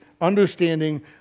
understanding